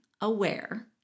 aware